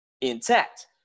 intact